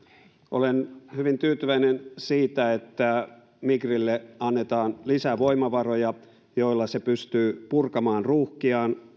olen hyvin tyytyväinen siitä että migrille annetaan lisää voimavaroja joilla se pystyy purkamaan ruuhkiaan